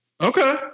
Okay